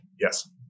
Yes